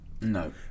no